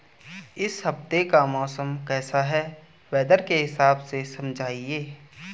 इस हफ्ते का मौसम कैसा है वेदर के हिसाब से समझाइए?